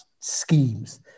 schemes